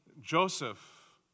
Joseph